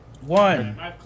one